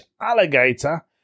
alligator